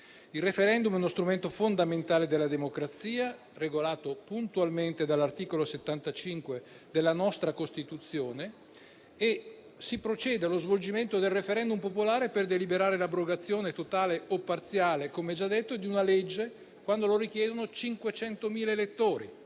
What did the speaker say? Il *referendum* è uno strumento fondamentale della democrazia, regolato puntualmente dall'articolo 75 della nostra Costituzione; si procede allo svolgimento del *referendum* popolare per deliberare l'abrogazione totale o parziale di una legge (come già detto), quando lo richiedano 500.000 elettori